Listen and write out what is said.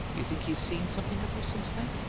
you think he's seen something of her since then?